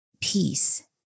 peace